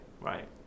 right